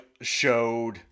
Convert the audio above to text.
showed